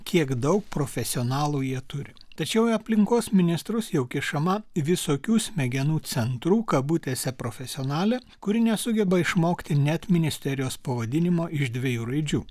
kiek daug profesionalų jie turi tačiau į aplinkos ministrus jau kišama visokių smegenų centrų kabutėse profesionalė kuri nesugeba išmokti net ministerijos pavadinimo iš dviejų raidžių